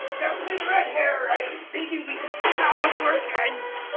captain red hair, i was thinking we could skip out on work and.